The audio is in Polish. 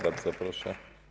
Bardzo proszę.